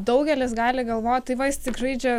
daugelis gali galvot tai va jis tik žaidžia